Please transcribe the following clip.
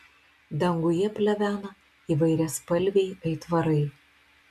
danguje plevena įvairiaspalviai aitvarai